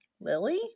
Lily